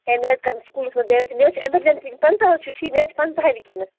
یے مےٚ حظ کَرن سکوٗلس منٛز بے عزتی مےٚ حظ چھِ ایٚمَرجنسی پَنٛژاہ حظ چھِ ٹھیٖکھ مےٚ حظ چھِ پنٛژاہے وُںکٮیٚنس